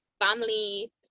family